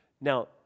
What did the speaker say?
Now